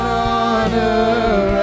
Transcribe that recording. honor